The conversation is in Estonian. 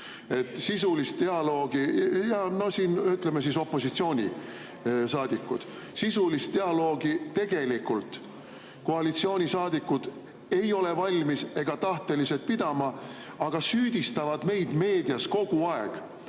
Sisulist dialoogi ei ole koalitsioonisaadikud valmis ega tahtelised pidama, aga süüdistavad meid meedias kogu aeg